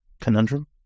conundrum